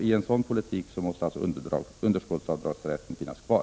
I en sådan politik måste rätten till underskottsavdrag finnas kvar.